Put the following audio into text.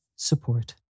Support